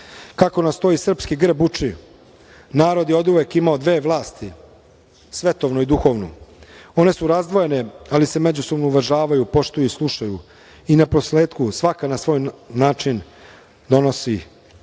Kako nas to i srpski grb učio, narod je oduvek imao dve vlasti, svetovnu i duhovnu. One su razdvojene, ali se međusobno uvažavaju, poštuju i slušaju i naposletku, svaka na svoj način donosi sveto